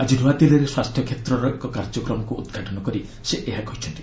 ଆଜି ନୂଆଦିଲ୍ଲୀରେ ସ୍ୱାସ୍ଥ୍ୟ କ୍ଷେତ୍ରର ଏକ କାର୍ଯ୍ୟକ୍ରମକ୍ ଉଦ୍ଘାଟନ କରି ସେ ଏହା କହିଛନ୍ତି